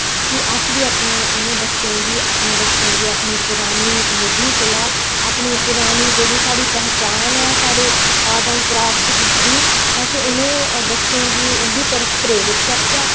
कि अस बी अपने इ'नें बच्चें गी अपने बच्चें गी अपनी पुरानी निधि कोला अपनी पुरानी जेह्ड़ी साढ़ी पहचान ऐ साढ़े आर्ट एंड क्राफ्ट गी अस उ'नें बच्चें गी उंं'दी तरफ प्रेरित करचे